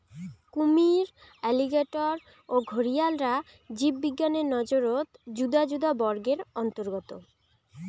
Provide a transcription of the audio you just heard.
কুমীর, অ্যালিগেটর ও ঘরিয়ালরা জীববিজ্ঞানের নজরত যুদা যুদা বর্গের অন্তর্গত